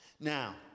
Now